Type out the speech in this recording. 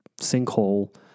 sinkhole